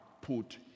Put